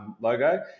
logo